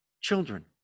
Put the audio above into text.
children